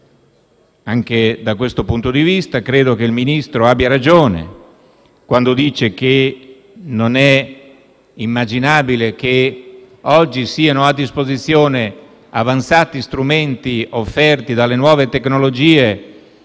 Anche da questo punto di vista credo che il Ministro abbia ragione, quando dice che non è immaginabile che oggi siano a disposizione avanzati strumenti offerti dalle nuove tecnologie